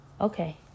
Okay